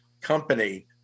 company